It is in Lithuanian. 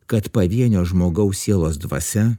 kad pavienio žmogaus sielos dvasia